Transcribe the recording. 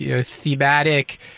thematic